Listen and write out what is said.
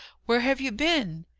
where have you been?